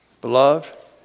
Beloved